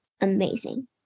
amazing